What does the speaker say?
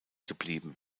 geblieben